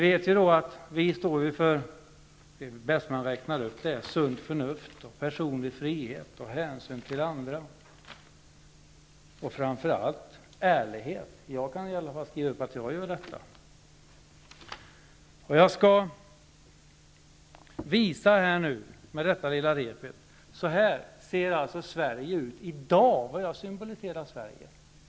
Det är bäst att jag räknar upp vad vi står för: sunt förnuft, personlig frihet, hänsyn till andra och framför allt ärlighet. Jag kan i alla fall skriva under på att jag gör det. Jag skall nu med detta lilla rep visa hur Sverige ser ut i dag. Repet är som ni ser fullt av knutar.